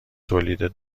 تولید